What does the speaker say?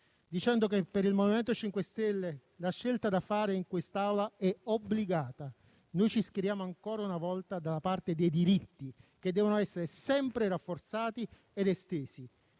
dicendo che per il MoVimento 5 Stelle la scelta da fare in quest'Aula è obbligata. Noi ci schieriamo ancora una volta dalla parte dei diritti che devono essere sempre rafforzati ed estesi.